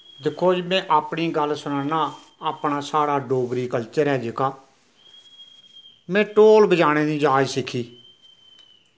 दिक्खो जी नें अपनी गल्ल सनाना अपना साढ़ा डोगरी कल्चर ऐ जेह्का में ढोल बज़ाने दी जाच सिक्खी